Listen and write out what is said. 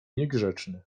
niegrzeczny